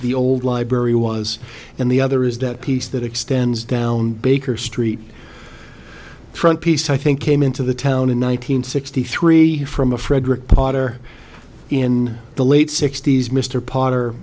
the old library was and the other is that piece that extends down baker street trunk piece i think came into the town in one nine hundred sixty three from a frederick potter in the late sixty's mr potter